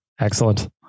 Excellent